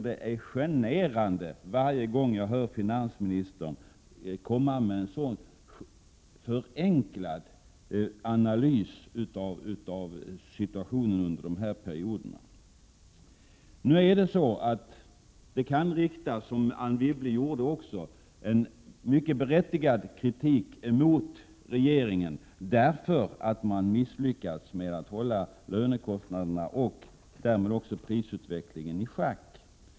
Det är generande att lyssna till denna av finansministern så förenklade analys av situationen under de aktuella perioderna. Nu kan man, som Anne Wibble också gjorde, rikta en mycket berättigad kritik mot regeringen för att den har misslyckats med att hålla lönekostnaderna och därmed prisutvecklingen i schack.